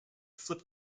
flip